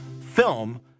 film